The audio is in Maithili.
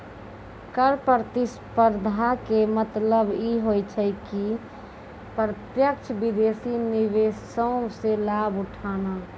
कर प्रतिस्पर्धा के मतलब इ होय छै कि प्रत्यक्ष विदेशी निवेशो से लाभ उठाना